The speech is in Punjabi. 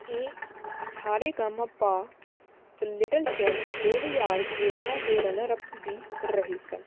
ਇਹ ਸਾ ਰੇ ਗਾ ਮਾ ਪਾ ਲਿਟਲ ਚੈਂਪਸ ਦੋ ਹਜ਼ਾਰ ਗਿਆਰਾਂ ਦੇ ਰਨਰ ਅਪ ਵੀ ਰਹੇ ਸਨ